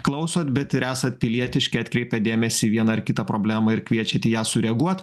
klausot bet ir esat pilietiški atkreipiat dėmesį į vieną ar kitą problemą ir kviečiat į ją sureaguot